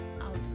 out